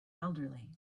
elderly